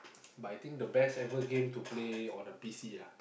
but I think the best ever game to play on a P_C ah